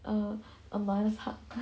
oh a mum's hug